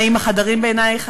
הנאים החדרים בעינייך?